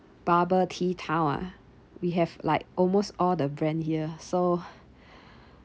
bubble tea town ah we have like almost all the brand here so